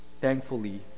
thankfully